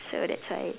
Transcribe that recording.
so that's why